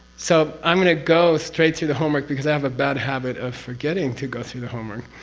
so i'm going to go straight through the homework because i have a bad habit of forgetting to go through the homework,